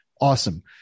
awesome